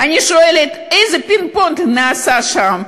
אני שואלת: איזה פינג-פונג נעשה שם?